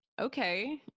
Okay